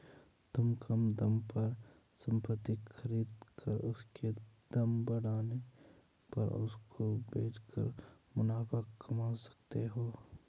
तुम कम दाम पर संपत्ति खरीद कर उसके दाम बढ़ने पर उसको बेच कर मुनाफा कमा सकते हो